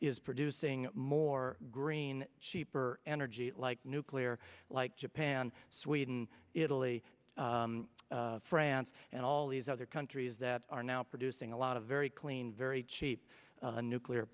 is producing more green cheaper energy like nuclear like japan sweden italy france and all these other countries that are now producing a lot of very clean very cheap nuclear